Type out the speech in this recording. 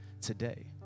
today